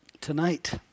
Tonight